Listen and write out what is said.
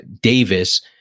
Davis